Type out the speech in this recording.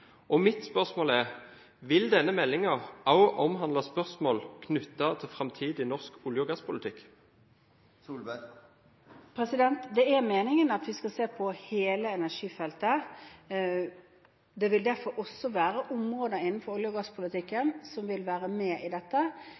Mitt spørsmål er: Vil denne meldingen også omhandle spørsmål knyttet til framtidig norsk olje- og gasspolitikk? Det er meningen at vi skal se på hele energifeltet. Det vil derfor også være områder innenfor olje- og gasspolitikken som vil være med i dette,